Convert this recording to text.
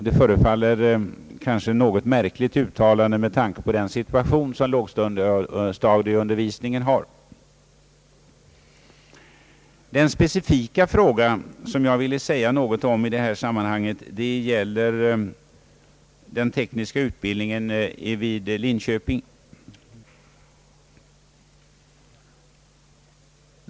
Det förefaller vara ett något märkligt uttalande med tanke på den situation som lågstadieundervisningen Här; Den specifika fråga som jag ville säga något om i detta sammanhang gäller den tekniska utbildningen i Linköping.